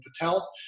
Patel